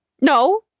No